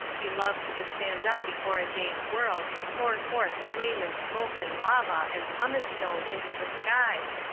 he loved to stand up before a dazed world, and pour forth flame and smoke and lava and pumice-stone into the skies,